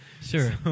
Sure